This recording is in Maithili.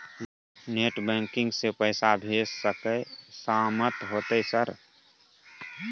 नेट बैंकिंग से पैसा भेज सके सामत होते सर?